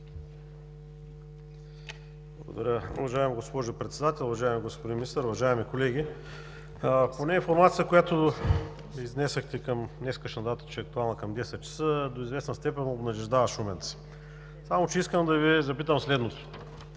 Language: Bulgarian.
Благодаря Ви. Уважаема госпожо Председател, уважаеми господин Министър, уважаеми колеги! Информацията, която изнесохте към днешна дата, че е актуална към 10,00 ч., до известна степен обнадеждава шуменци. Само че искам да Ви запитам следното: